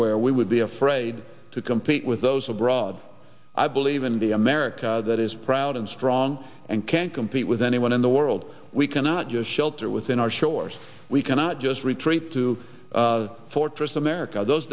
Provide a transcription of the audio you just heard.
where we would be afraid to compete with those abroad i believe in the america that is proud and strong and can compete with anyone in the world we cannot just shelter within our shores we cannot just retreat to fortress america those